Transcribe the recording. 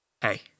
hey